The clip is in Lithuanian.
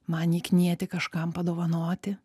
man jį knieti kažkam padovanoti